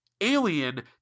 alien